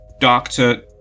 doctor